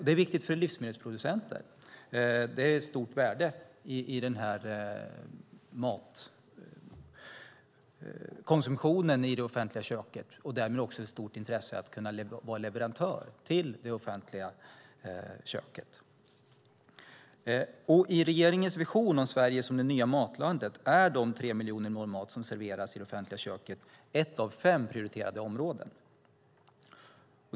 Det är viktigt för livsmedelsproducenter. Det finns ett stort värde i matkonsumtionen i det offentliga köket och därmed ett stort intresse av att vara leverantör till det. I regeringens vision om Sverige som det nya matlandet är de tre miljoner mål mat som serveras i det offentliga köket ett av fem prioriterade områden.